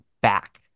back